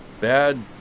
bad